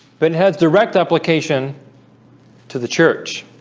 but heads direct application to the church,